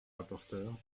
rapporteur